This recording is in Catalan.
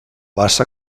bassa